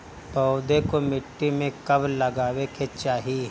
पौधे को मिट्टी में कब लगावे के चाही?